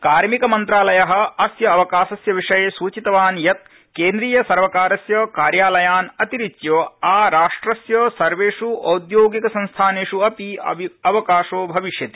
कार्मिकमंत्रालय अस्य अवकाशस्य विषये सूचितवान्यत् केन्द्रीयसर्वकारस्य कार्यालयान् अतिरिच्य आराष्ट्रस्य सर्वेष् औद्योगिकसंस्थानेषु अपि अवकाशो भविष्यति